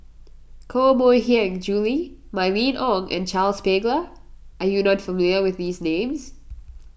Koh Mui Hiang Julie Mylene Ong and Charles Paglar are you not familiar with these names